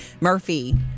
Murphy